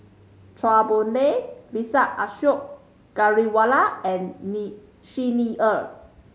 Chua Boon Lay Vijesh Ashok Ghariwala and Ni Xi Ni Er